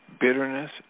bitterness